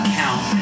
count